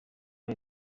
w’i